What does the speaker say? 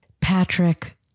Patrick